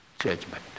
judgment